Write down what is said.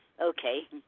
Okay